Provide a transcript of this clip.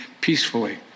peacefully